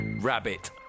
rabbit